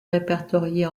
répertoriées